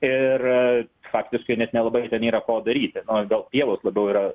ir faktiškai net nelabai ten yra ko daryti nu gal pievos labiau yra